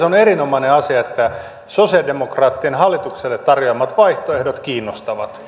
on erinomainen asia että sosialidemokraattien hallitukselle tarjoamat vaihtoehdot kiinnostavat